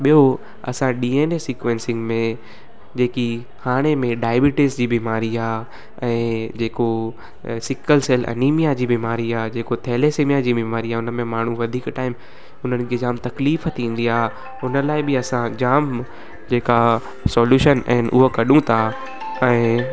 ॿियो असां D N A sequencing में जेकी हाणे में डायबिटीज़ जी बीमारी आहे ऐं जेको सिकल सैल अनिमिया जी बीमारी आहे जेको थैलेसेमिया जी बीमारी आहे उन में माण्हू वधीक टाइम उन्हनि खे जाम तकलीफ़ थींदी आहे हुन लाइ बि असां जाम जेका सॉल्यूशन आहिनि उहा कॾू था ऐं